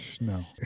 No